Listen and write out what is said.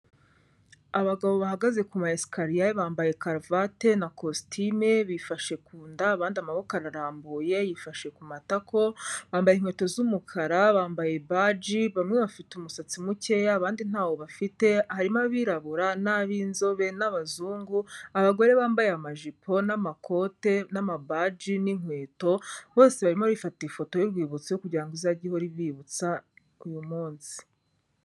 Abagabo bahagaze ku ma esikariye bambaye karuvate na kositime, bifashe ku nda, abandi amaboko arambuye yifashe ku matako, bambara inkweto z'umukara, bambaye baji, bamwe bafite umusatsi mukeya abandi ntawo bafite, harimo abirabura n'ab'inzobe n'abazungu, abagore bambaye amajipo n'amakote n'amabaji n'inkweto, bose barimo barifata ifoto y'urwibutso yo kugira ngo izajye ihora ibibutsa uyu munsi.